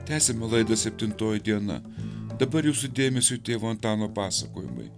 tęsiame laidą septintoji diena dabar jūsų dėmesiui tėvo antano pasakojimai